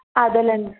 అదేలేండి